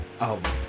album